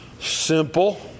simple